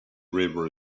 river